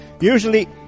usually